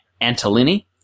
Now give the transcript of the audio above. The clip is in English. Antolini